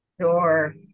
Sure